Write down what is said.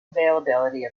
availability